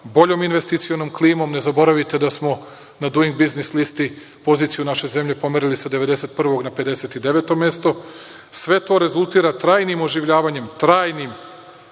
boljom investicionom klimom, ne zaboravite da smo na duing biznis listi poziciju naše zemlje pomerili sa 91 na 59 mesto. Sve to rezultira trajnim oživljavanjem, trajnijim